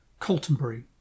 Coltonbury